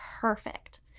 perfect